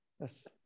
Yes